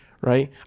right